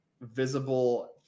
visible